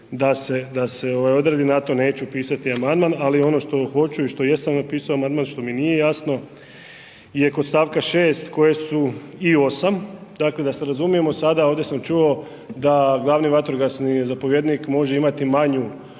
da se odredi, na to neću pisati amandman. Ali ono što hoću i što jesam napisao amandman što mi nije jasno je kod stavka 6. i 8., dakle da se razumijemo sada ovdje sam čuo da glavni vatrogasni zapovjednik može imati manju